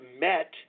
met